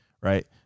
Right